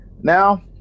Now